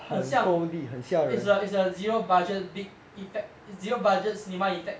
很像 is like a zero budget big effect zero budget cinema effect